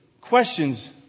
questions